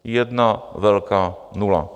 Jedna velká nula.